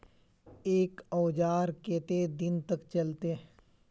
एक औजार केते दिन तक चलते?